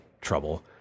trouble